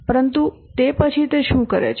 પરંતુ તે પછી તે શું કરે છે